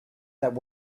that